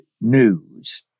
news